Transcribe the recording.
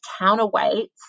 counterweights